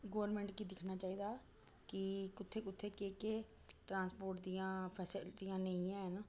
government गी दिक्खना चाहिदा कि कुत्थें कुत्थें केह् केह् ट्रांसपोर्ट दियां फैसलटियां नेईं हैन